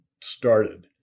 started